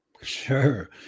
Sure